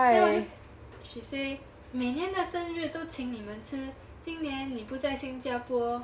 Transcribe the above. then 我就 she say 每年的生日都请你们吃今年你不在新加坡